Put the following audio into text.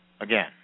Again